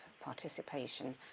participation